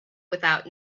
without